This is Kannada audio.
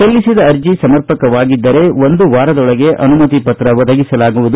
ಸಲ್ಲಿಸಿದ ಅರ್ಜಿ ಸಮರ್ಪಕವಾಗಿದ್ದರೆ ಒಂದು ವಾರದೊಳಗೆ ಅನುಮತಿ ಪತ್ರ ಒದಗಿಸಲಾಗುವುದು